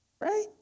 Right